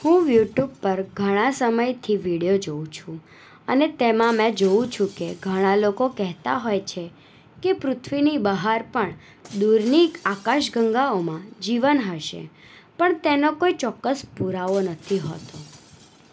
હું યુટ્યુબ પર ઘણા સમયથી વિડિયો જોઉં છું અને તેમાં મેં જોઉં છું કે ઘણાં લોકો કહેતા હોય છે કે પૃથ્વીની બહાર પણ દૂરની આકાશગંગાઓમા જીવન હશે પણ તેનો કોઈ ચોક્કસ પુરાવો નથી હોતો